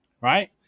right